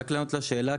רק לענות לשאלה,